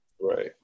right